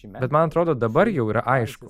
bat man atrodo dabar jau yra aišku